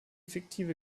fiktive